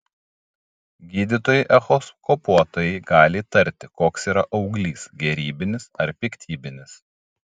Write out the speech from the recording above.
gydytojai echoskopuotojai gali įtarti koks yra auglys gerybinis ar piktybinis